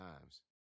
times